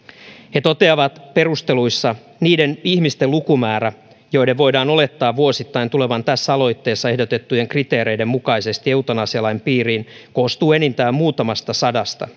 he toteavat perusteluissa niiden ihmisten lukumäärä joiden voidaan olettaa vuosittain tulevan tässä aloitteessa ehdotettujen kriteereiden mukaisesti eutanasialain piiriin koostuu enintään muutamasta sadasta